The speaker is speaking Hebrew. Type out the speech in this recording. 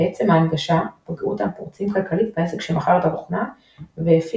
בעצם ההנגשה פגעו אותם פורצים כלכלית בעסק שמכר את התוכנה והפיצו